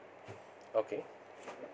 okay